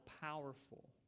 powerful